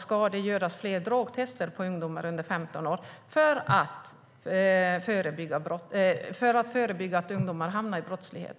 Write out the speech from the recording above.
Ska det göras flera drogtester på ungdomar under 15 år för att förebygga att ungdomar hamnar i brottslighet?